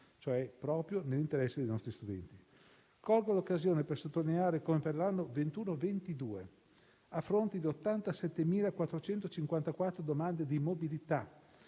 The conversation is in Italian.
Ciò proprio nell'interesse dei nostri studenti. Colgo l'occasione per sottolineare come per l'anno scolastico 2021-2022, a fronte di 87.454 domande di mobilità,